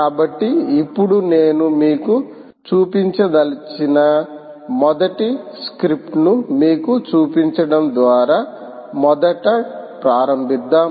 కాబట్టి ఇప్పుడు నేను మీకు చూపించదలిచిన మొదటి స్క్రిప్ట్ను మీకు చూపించడం ద్వారా మొదట ప్రారంభిద్దాం